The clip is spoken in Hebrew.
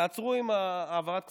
תעצרו עם העברת הכספים.